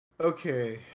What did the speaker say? okay